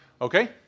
Okay